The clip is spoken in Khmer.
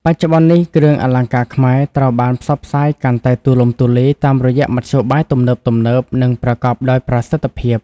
បច្ចុប្បន្ននេះ គ្រឿងអលង្ការខ្មែរត្រូវបាន ផ្សព្វផ្សាយកាន់តែទូលំទូលាយ តាមរយៈមធ្យោបាយទំនើបៗ និងប្រកបដោយប្រសិទ្ធភាព។